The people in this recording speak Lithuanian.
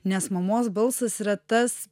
nes mamos balsas yra tas